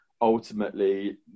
ultimately